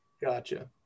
Gotcha